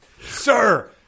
Sir